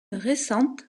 récente